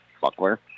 Buckler